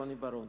רוני בר-און.